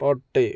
പട്ടി